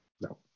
No